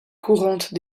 courante